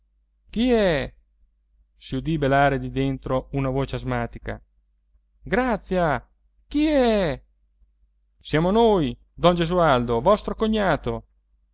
chi è si udì belare di dentro una voce asmatica grazia chi è siamo noi don gesualdo vostro cognato